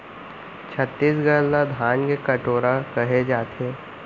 छत्तीसगढ़ ल धान के कटोरा कहे जाथे